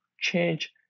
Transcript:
change